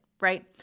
right